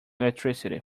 electricity